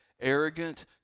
arrogant